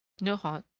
nohant,